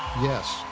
yes,